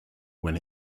when